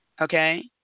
okay